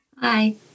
Hi